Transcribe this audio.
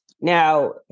Now